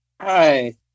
Hi